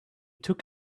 took